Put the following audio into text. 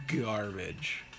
garbage